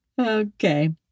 Okay